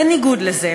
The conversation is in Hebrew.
בניגוד לזה,